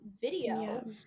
Video